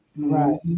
right